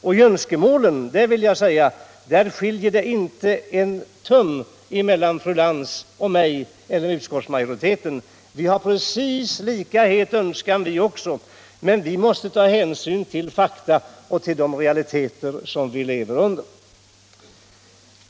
Och beträffande önskemålen skiljer det inte en tum mellan fru Lantz och mig eller utskottsmajoriteten. Vi har precis lika het önskan vi också, men vi måste ta hänsyn till fakta och till de realiteter som vi lever under.